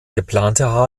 geplante